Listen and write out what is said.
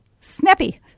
Snappy